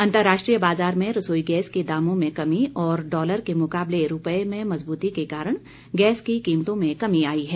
अंतर्राष्ट्रीय बाजार में रसोई गैस के दामों में कमी और डॉलर के मुकाबले रूपये में मज़बूती के कारण गैस की कीमतों में कमी आई है